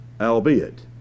Albeit